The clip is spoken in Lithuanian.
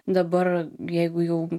dabar jeigu jau